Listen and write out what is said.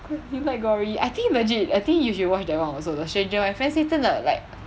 you like gory I think legit I think you should watch that [one] also the stranger my friend say 真的 like